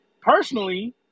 Personally